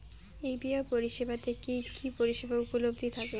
UPI পরিষেবা তে কি কি পরিষেবা উপলব্ধি থাকে?